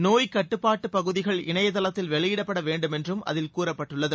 நோய் கட்டுப்பாட்டு பகுதிகள் இணையதளத்தில் வெளியிடப்பட வேண்டும் என்றும் அதில் கூறப்பட்டுள்ளது